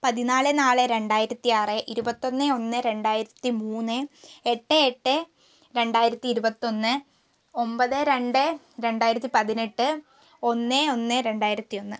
പതിനാല് നാല് രണ്ടായിരത്തി ആറ് ഇരുപത്തൊന്ന് ഒന്ന് രണ്ടായിരത്തി മൂന്ന് എട്ട് എട്ട് രണ്ടായിരത്തി ഇരുപത്തൊന്ന് ഒമ്പത് രണ്ട് രണ്ടായിരത്തിപ്പതിനെട്ട് ഒന്ന് ഒന്ന് രണ്ടായിരത്തി ഒന്ന്